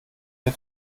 ihr